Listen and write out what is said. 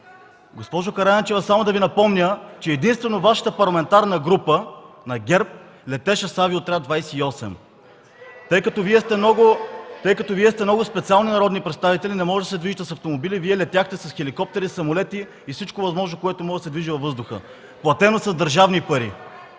Госпожо Караянчева, само да Ви напомня, че единствено Вашата парламентарна група – на ГЕРБ, летеше с Авиоотряд 28. (Шум и реплики от ГЕРБ.) Тъй като Вие сте много специални народни представители, не можете да се движите с автомобили, Вие летяхте с хеликоптери, самолети и всичко възможно, което може да се движи във въздуха, платено с държавни пари.